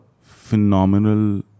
phenomenal